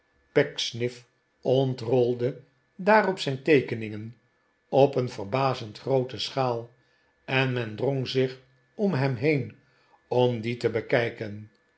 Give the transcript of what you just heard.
pecksniff ontrolde daarop zijn teekeningen op een verbazend groote schaal en men drong zich om hem heen om die te bekijken